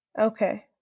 Okay